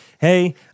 hey